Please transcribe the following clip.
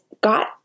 got